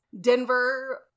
Denver